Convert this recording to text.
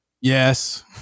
Yes